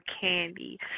Candy